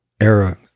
era